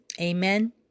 Amen